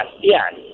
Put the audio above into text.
yes